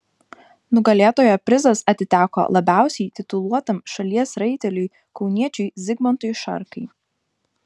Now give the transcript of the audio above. nugalėtojo prizas atiteko labiausiai tituluotam šalies raiteliui kauniečiui zigmantui šarkai